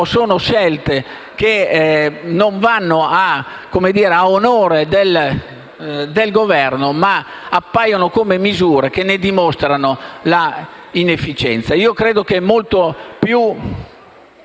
sono scelte che non vanno ad onore del Governo ma appaiono come misure che ne dimostrano l'inefficienza.